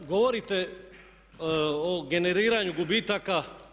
Govorite o generiranju gubitaka.